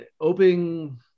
opening